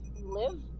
live